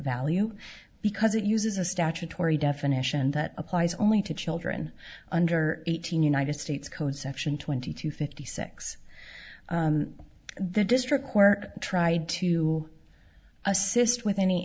value because it uses a statutory definition that applies only to children under eighteen united states code section twenty two fifty six the district court tried to assist with any